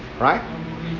Right